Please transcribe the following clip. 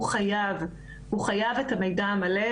הוא חייב את המידע המלא,